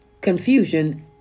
confusion